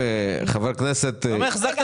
רגע, רגע.